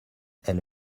elle